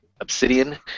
Obsidian